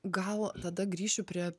gal tada grįšiu prie